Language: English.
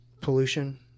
pollution